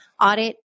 audit